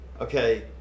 okay